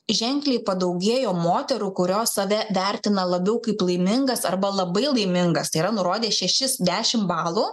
ženkliai padaugėjo moterų kurios save vertina labiau kaip laimingas arba labai laimingas tai yra nurodė šešis dešimt balų